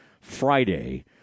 Friday